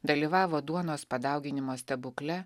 dalyvavo duonos padauginimo stebukle